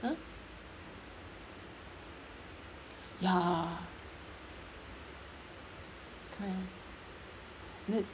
ah ya correct the